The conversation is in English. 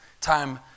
time